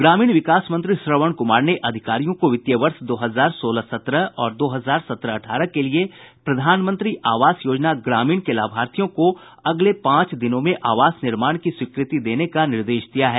ग्रामीण विकास मंत्री श्रवण कुमार ने अधिकारियों को वित्तीय वर्ष दो हजार सोलह सत्रह और दो हजार सत्रह अठारह के लिए प्रधानमंत्री आवास योजना ग्रामीण के लाभार्थियों को अगले पांच दिनों में आवास निर्माण की स्वीकृति देने का निर्देश दिया है